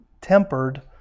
tempered